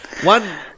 One